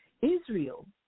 Israel